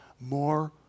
more